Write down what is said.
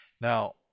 Now